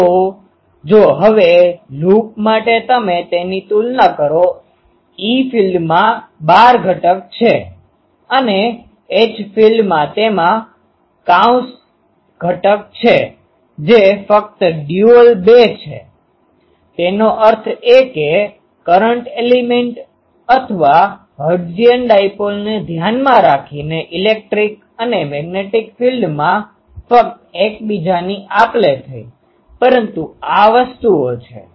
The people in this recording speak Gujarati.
તો જો હવે લૂપ માટે તમે તેની તુલના કરો E ફીલ્ડમાં  ઘટક છે અને H ફીલ્ડમાં તેમાં  ઘટક છે જે ફક્ત ડ્યુઅલ 2 છે તેનો અર્થ એ કે કરંટ એલિમેન્ટ અથવા હર્ટ્ઝિયન ડાઈપોલને ધ્યાનમાં રાખીને ઇલેક્ટ્રિક અને મેગ્નેટિક ફિલ્ડમાં ફક્ત એકબીજાની આપલે થઈ પરંતુ આ વસ્તુઓ છે